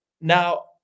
now